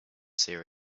seer